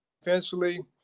defensively